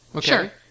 Sure